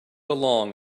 along